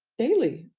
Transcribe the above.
daily,